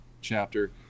chapter